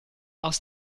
aus